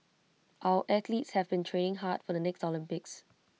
our athletes have been training hard for the next Olympics